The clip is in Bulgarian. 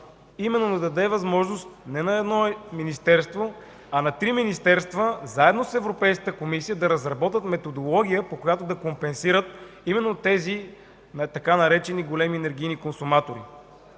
това – да даде възможност не на едно министерство, а на три министерства заедно с Европейската комисия да разработят методология, по която да компенсират именно тези така наречени „големи енергийни консуматори”.